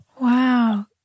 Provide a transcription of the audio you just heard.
Wow